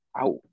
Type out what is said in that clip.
out